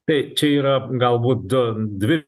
tai čia yra galbūt du dvi